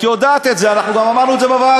את יודעת את זה, אנחנו גם אמרנו את זה בוועדה,